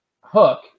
Hook